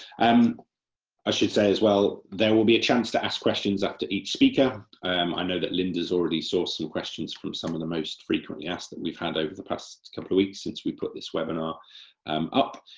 um i should say as well, there will be a chance to ask questions after each speaker um i know that linda has already sourced some questions from some of the most frequently asked we have had over the past couple of weeks, since we put this webinar um up,